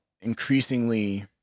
increasingly